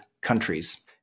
countries